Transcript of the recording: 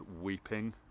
Weeping